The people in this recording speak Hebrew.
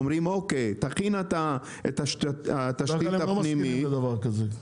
בדרך כלל הם לא מסכימים לדבר כזה.